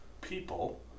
people